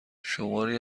شماری